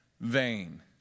vain